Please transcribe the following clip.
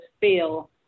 feel